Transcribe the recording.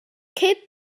cape